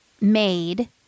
made